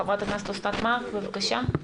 חברת הכנסת אוסנת מארק, בבקשה.